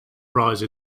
prize